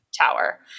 tower